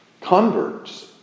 converts